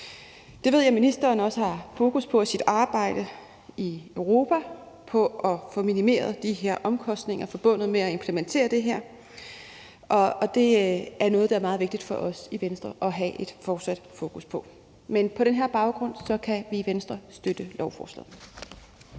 Jeg ved, at ministeren i sit arbejde i Europa også har fokus på at få minimeret omkostningerne forbundet med at implementere det her, og det er noget, der er meget vigtigt for os i Venstre at have et fortsat fokus på. På den baggrund kan vi i Venstre støtte lovforslaget.